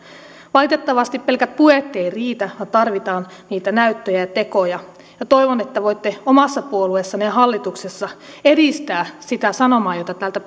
valitettavasti pelkät puheet eivät riitä vaan tarvitaan niitä näyttöjä ja tekoja ja toivon että voitte omassa puolueessanne hallituksessa edistää sitä sanomaa jota täältä